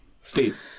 Steve